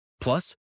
Plus